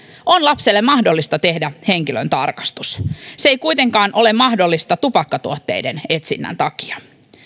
on lapselle mahdollista tehdä henkilöntarkastus se ei kuitenkaan ole mahdollista tupakkatuotteiden etsinnän takia